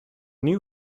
new